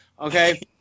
okay